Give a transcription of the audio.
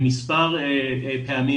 במספר פעמים